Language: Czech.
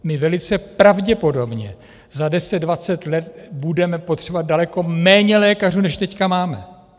My velice pravděpodobně za deset, dvacet let budeme potřebovat daleko méně lékařů, než teď máme.